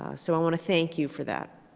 ah so i want to thank you for that.